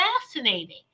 fascinating